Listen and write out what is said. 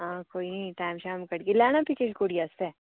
आं कोई टैम शैम कड्डी लैना किश कुड़ी आस्तै